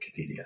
Wikipedia